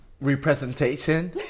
representation